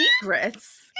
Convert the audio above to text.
secrets